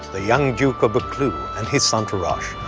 the young duke of buccleuch, and his entourage,